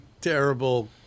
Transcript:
terrible